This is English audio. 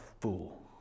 fool